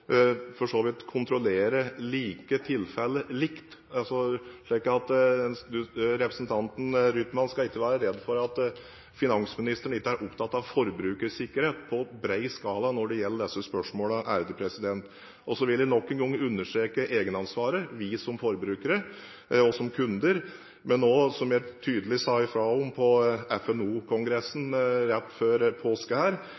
Representanten Rytman skal ikke være redd for at finansministeren ikke er opptatt av forbrukersikkerhet på bred skala når det gjelder disse spørsmålene. Så vil jeg nok en gang understreke egenansvaret vi som forbrukere og kunder har, men også – som jeg tydelig sa fra om på